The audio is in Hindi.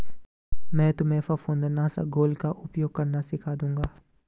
मैं तुम्हें फफूंद नाशक घोल का उपयोग करना सिखा दूंगा